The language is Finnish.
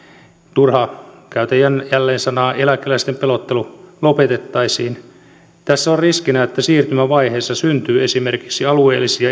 turha käytän jälleen näitä sanoja eläkeläisten pelottelu lopetettaisiin tässä on riskinä että siirtymävaiheessa syntyy esimerkiksi alueellisia